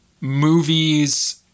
movies